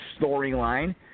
storyline